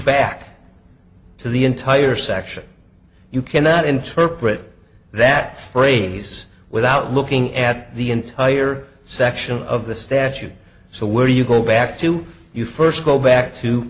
back to the entire section you cannot interpret that phrase without looking at the entire section of the statute so where do you go back to you first go back